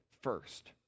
first